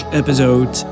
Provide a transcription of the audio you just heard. episode